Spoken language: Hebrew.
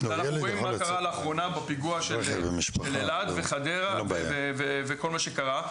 ואנחנו רואים מה קרה לאחרונה בפיגוע באלעד ובחדרה וכל מה שקרה.